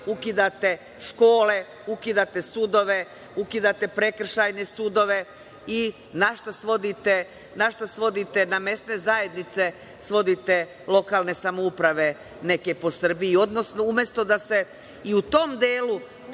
ukidate škole, ukidate sudove, ukidate prekršajne sudove, i našta svodite, na mesne zajednice svodite lokalne samouprave neke po Srbiji,